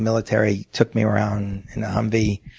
military took me around in a humvee.